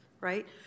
right